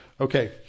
Okay